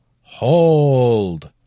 Hold